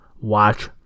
watch